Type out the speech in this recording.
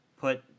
put